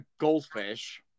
goldfish